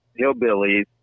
hillbillies